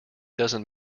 doesn’t